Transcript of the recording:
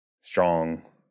strong